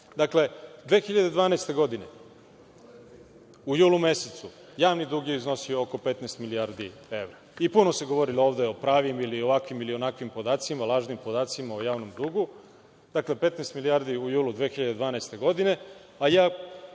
DS.Dakle, 2012. godine u julu mesecu javni dug je iznosio oko 15 milijardi evra i puno se govorilo ovde o pravim ili ovakvim ili onakvim podacima, lažnim podacima o javnom dugu. Dakle, 15 milijardi u julu 2012. godine, a ja